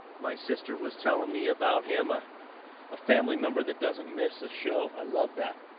my sister was telling me about him. ah a family member that doesn't miss a show, i love that.